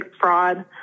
fraud